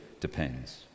depends